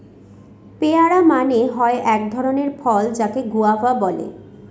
পেয়ারা মানে হয় এক ধরণের ফল যাকে গুয়াভা বলে